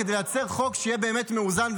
כדי לייצר חוק שיהיה באמת מאוזן.